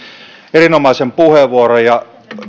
erinomaisen puheenvuoron ja